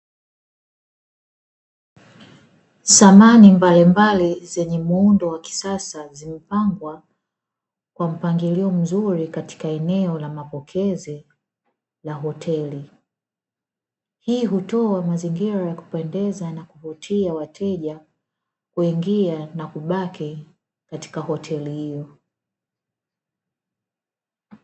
Samani mbalimbali zenye muundo wa kisasa zimepangwa kwa mpangilio mzuri katika eneo la mapokezi la hoteli. Hii hutoa mazingira ya kupendeza na kuvutia wateja kuingia na kubaki katika hoteli hiyo.